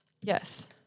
yes